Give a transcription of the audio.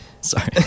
sorry